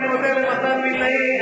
אני מודה למתן וילנאי,